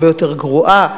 הרבה יותר גרועה,